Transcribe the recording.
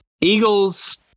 Eagles